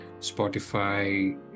Spotify